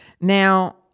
Now